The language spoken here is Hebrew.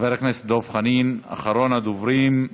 חבר הכנסת דב חנין, אחרון הדוברים.